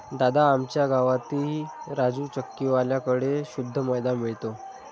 दादा, आमच्या गावातही राजू चक्की वाल्या कड़े शुद्ध मैदा मिळतो